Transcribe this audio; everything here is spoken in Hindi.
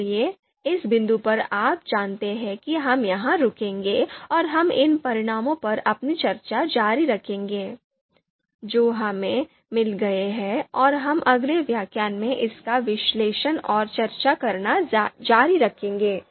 इसलिए इस बिंदु पर आप जानते हैं कि हम यहां रुकेंगे और हम इन परिणामों पर अपनी चर्चा जारी रखेंगे जो हमें मिल गए हैं और हम अगले व्याख्यान में इसका विश्लेषण और चर्चा करना जारी रखेंगे